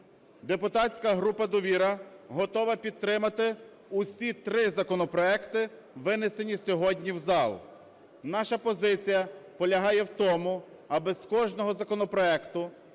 Депутатська група "Довіра" готова підтримати усі три законопроекти, винесені сьогодні в зал. Наша позиція полягає в тому, аби з кожного законопроекту